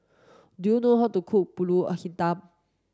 do you know how to cook Pulut Hitam